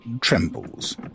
trembles